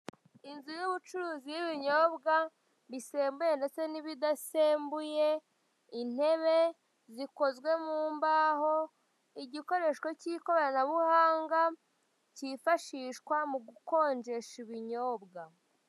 Inzu y'ubucuruzi y'ibinyobwa bisembuye ndetse n'ibidasembuye, intebe zikozwe mu mbaho, igikoreshwa cy'ikoranabuhanga cyifashishwa mu gukonjesha ibinyobwa.